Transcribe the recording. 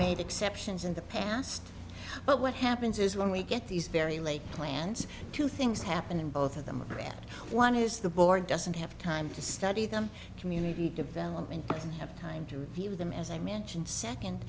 made exceptions in the past but what happens is when we get these very late plans two things happen and both of them are granted one has the board doesn't have time to study them community development and have time to review them as i mentioned second